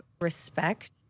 respect